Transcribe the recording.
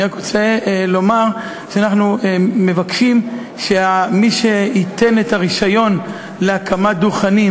אני רק רוצה לומר שאנחנו מבקשים שמי שייתן את הרישיון להקמת דוכנים